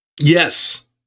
Yes